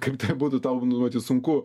kaip tai būtų tau nu sunku